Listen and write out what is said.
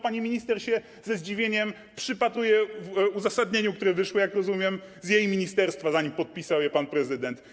Pani minister się ze zdziwieniem przypatruje uzasadnieniu, które wyszło, jak rozumiem, z jej ministerstwa, zanim podpisał je pan prezydent.